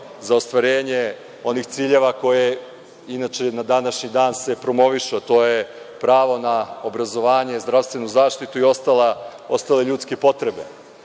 za ostvarenje onih ciljeva koje inače na današnji dan se promovišu, a to je pravo na obrazovanje, zdravstvenu zaštitu i ostale ljudske